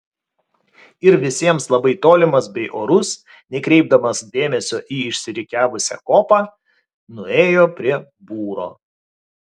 ir visiems labai tolimas bei orus nekreipdamas dėmesio į išsirikiavusią kuopą nuėjo prie būro